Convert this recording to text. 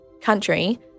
country